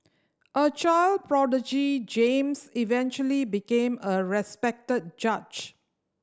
a child prodigy James eventually became a respected judge